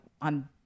on